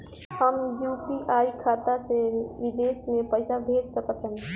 हम यू.पी.आई खाता से विदेश म पइसा भेज सक तानि?